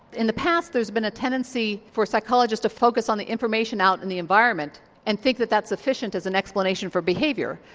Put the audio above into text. in the past there's been a tendency for psychologists to focus on the information out in the environment and think that that's efficient as an explanation for behaviour.